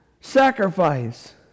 sacrifice